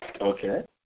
Okay